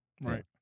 Right